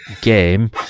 game